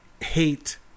hate